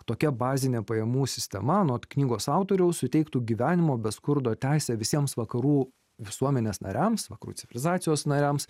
tokia bazinė pajamų sistema anot knygos autoriaus suteiktų gyvenimo be skurdo teisę visiems vakarų visuomenės nariams vakarų civilizacijos nariams